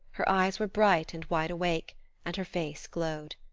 her eyes were bright and wide awake and her face glowed.